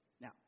Now